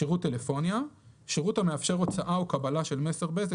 "שירות טלפוניה" - שירות המאפשר הוצאה או קבלה של מסר בזק